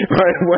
right